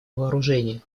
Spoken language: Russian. вооружения